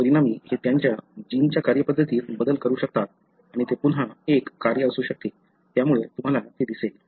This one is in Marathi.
परिणामी ते त्यांच्या जीनच्या कार्यपद्धतीत बदल करू शकतात आणि ते पुन्हा एक कार्य असू शकते त्यामुळे तुम्हाला ते दिसेल